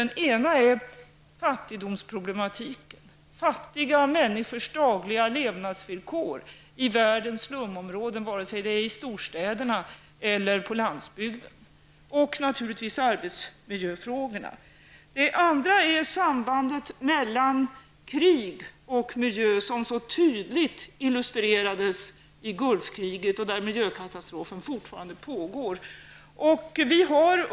Den ena är fattigdomsproblematiken. Det gäller fattiga människors dagliga levnadsvillkor i världens slumområden både i storstäderna och på landsbygden samt naturligtvis arbetsmiljöfrågorna. Den andra är sambandet mellan krig och miljö. Detta illustrerades tydligt i Gulf-kriget, där miljökatastrofen fortfarande pågår.